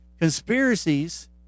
conspiracies